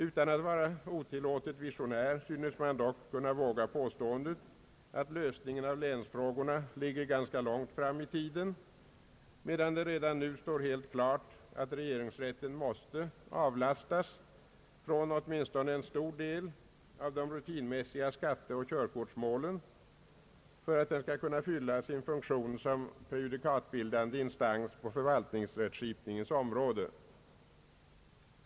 Utan att vara otillåtet visionär synes man dock kunna våga påståendet att lösningen av länsfrågorna ligger ganska långt fram i tiden, medan det redan nu står helt klart att regeringsrätten måste avlastas åtminstone en stor del av de rutinmässiga skatteoch körkortsmålen för att den skall kunna fylla sin funktion som prejudikatbildande instans på förvaltningsrättskipningens område.